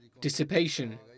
dissipation